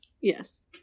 Yes